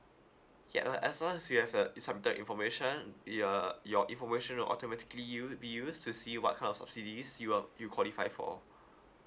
yup uh as long as you have uh you submitted information your your information will automatically u~ be used to see what kind of subsidies you are you qualified for